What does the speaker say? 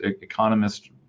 economist